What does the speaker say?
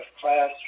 class